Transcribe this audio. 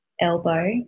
elbow